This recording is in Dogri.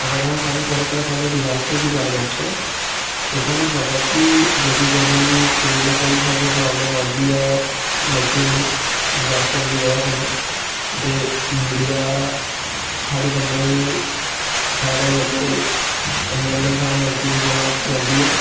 अगर अस सारे कोला पैहलें डिजास्टर दी गल्ल करचै ते स्हानू पता कि जंदू जंदू कोई ना कोई स्हानू प्राव्लम आंदी ऐ नेचरुल डिजास्टर दी बजह कन्नै ते मिडिया साढ़ी गल्ला गी साढ़े जेहडे़ एमएलए साढ़े एमपी कोल पुजांदी ऐ